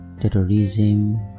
terrorism